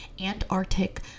antarctic